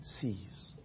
sees